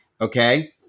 Okay